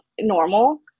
normal